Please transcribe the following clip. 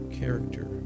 character